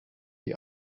die